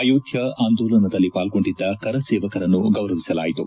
ಅಯೋಧ್ವಾ ಆಂದೋಲನದಲ್ಲಿ ಪಾಲ್ಗೊಂಡಿದ್ದ ಕರ ಸೇವಕರನ್ನು ಗೌರವಿಸಲಾಯಿತು